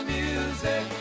music